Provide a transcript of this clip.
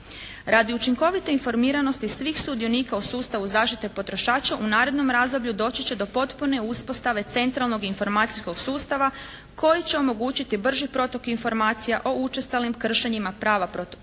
Radi učinkovite informiranosti svih sudionika u sustavu zaštite potrošača u narednom razdoblju doći će do potpune uspostave centralnog informacijskog sustava koji će omogućiti brži protok informacija o učestalim kršenjima prava potrošača